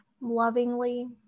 lovingly